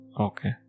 Okay